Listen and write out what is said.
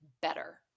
better